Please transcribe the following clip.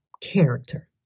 character